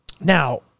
now